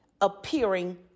appearing